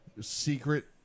secret